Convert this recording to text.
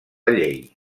llei